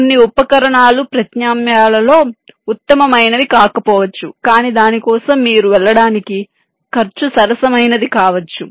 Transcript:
కొన్ని ఉపకరణాలు ప్రత్యామ్నాయాలలో ఉత్తమమైనవి కాకపోవచ్చు కానీ దాని కోసం మీరు వెళ్ళడానికి ఖర్చు సరసమైనది కావచ్చు